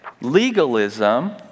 legalism